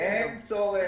אין צורך,